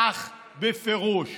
כך בפירוש,